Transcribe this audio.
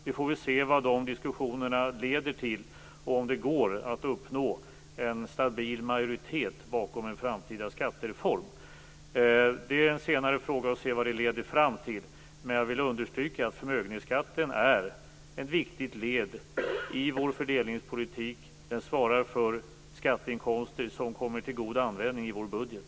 Vi får väl se vad de diskussionerna leder till och om det går att uppnå en stabil majoritet bakom en framtida skattereform. Att se vad detta leder till blir en senare fråga. Jag vill dock understryka att förmögenhetsskatten är ett viktigt led i vår fördelningspolitik. Den svarar för skatteinkomster som kommer till god användning i vår budget.